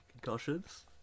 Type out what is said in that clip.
concussions